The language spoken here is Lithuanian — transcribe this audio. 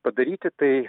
padaryti tai